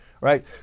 right